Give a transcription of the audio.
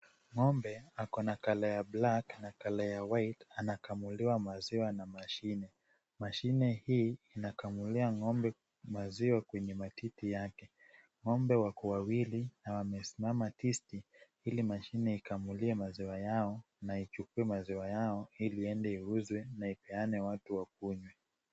Ng'ombe ako na colour ya black na colour ya white anakamuliwa maziwa na mashine. Mashine hii inakamulia maziwa kwenye matiti yake. Ng'ombe wako wawili na wamesimama tisti ili mashine ikamulie maziwa yao na ichukue maziwa yao ili iende iuzwe na ipeane watu wakunywe.